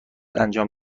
انجام